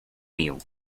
meal